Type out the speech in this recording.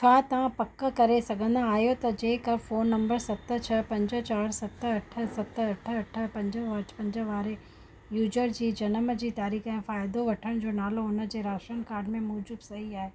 छा तव्हां पक करे सघंदा आहियो त जेकरि फ़ोन नंबर सत छह पंज चारि सत अठ सत अठ अठ पंज पंज वारे यूजर जी जनमु जी तारीख़ फ़ाइदो वठण जो नालो हुन जे राशन कार्ड मूज़ब सही आहे